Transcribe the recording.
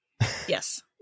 Yes